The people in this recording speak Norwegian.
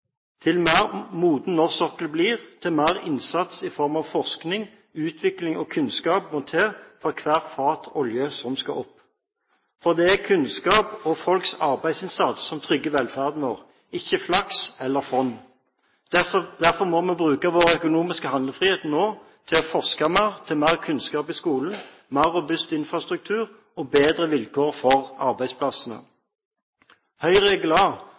mer moden norsk sokkel blir, desto mer innsats i form av forskning, utvikling og kunnskap må til for hvert fat olje som skal opp. Det er kunnskap og folks arbeidsinnsats som trygger velferden vår – ikke flaks eller fond. Derfor må vi bruke vår økonomiske handlefrihet nå til å forske mer, få mer kunnskap i skolen, mer robust infrastruktur og bedre vilkår for arbeidsplassene. Høyre er glad